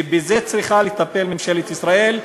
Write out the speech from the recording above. ובזה צריכה לטפל ממשלת ישראל: